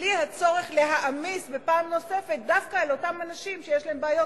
בלי להעמיס פעם נוספת דווקא על אותם אנשים שיש להם בעיות,